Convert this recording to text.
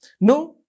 No